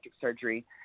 surgery